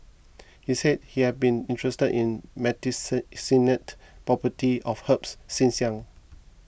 he said he had been interested in property of herbs since young